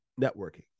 networking